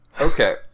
Okay